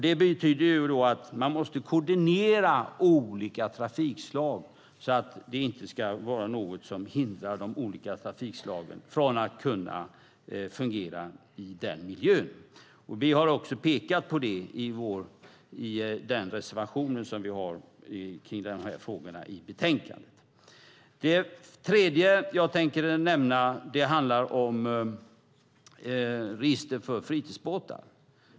Det betyder att man måste koordinera olika trafikslag så att det inte är något som hindrar de olika trafikslagen från att fungera i den miljön. Vi har också pekat på det i den reservation vi har i de här frågorna i betänkandet. Det tredje jag tänker nämna handlar om register för fritidsbåtar.